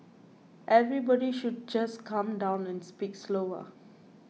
everybody should just calm down and speak slower